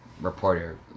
reporter